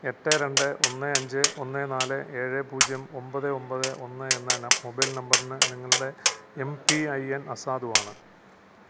എട്ട് രണ്ട് ഒന്ന് അഞ്ച് ഒന്ന് നാല് ഏഴ് പൂജ്യം ഒമ്പത് ഒമ്പത് ഒന്ന് എന്ന മൊബൈൽ നമ്പറിന് നിങ്ങളുടെ എം പി ഐ എൻ അസാധുവാണ്